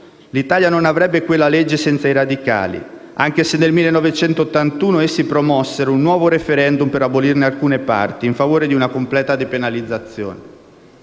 L'Italia non avrebbe quella legge senza i radicali, anche se nel 1981 essi promossero un nuovo *referendum* per abolirne alcune parti, in favore di una completa depenalizzazione.